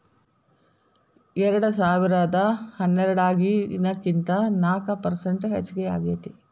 ಎರೆಡಸಾವಿರದಾ ಹನ್ನೆರಡರಾಗಿನಕಿಂತ ನಾಕ ಪರಸೆಂಟ್ ಹೆಚಗಿ ಆಗೇತಿ